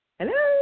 Hello